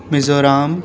Mizoram